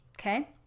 Okay